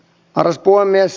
arvoisa puhemies